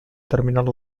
terminar